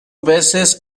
veces